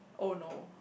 oh no